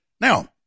Now